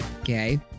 Okay